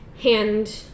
hand